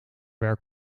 werk